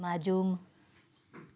माजून